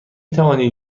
توانید